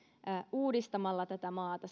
uudistamalla tätä maata